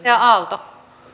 rouva